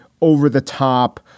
over-the-top